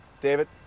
David